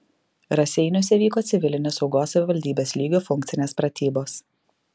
raseiniuose vyko civilinės saugos savivaldybės lygio funkcinės pratybos